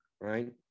right